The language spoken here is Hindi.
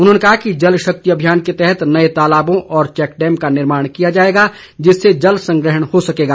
उन्होंने कहा कि जलशक्ति अभियान के तहत नए तालाबों और चैकडैम का निर्माण किया जाएगा जिससे जल संग्रहण हो सकेगा